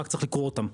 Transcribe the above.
רק צריך לקרוא אותם.